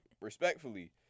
Respectfully